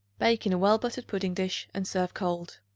bake in a well-buttered pudding-dish and serve cold.